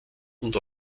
und